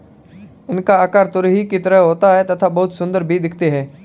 इनका आकार तुरही की तरह होता है तथा बहुत सुंदर भी दिखते है